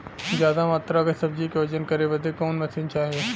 ज्यादा मात्रा के सब्जी के वजन करे बदे कवन मशीन चाही?